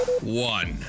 one